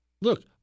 Look